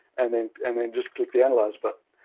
and then and then just click the analyze but